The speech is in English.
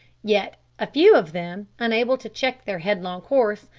yet a few of them, unable to check their headlong course,